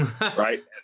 Right